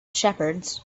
shepherds